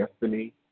destiny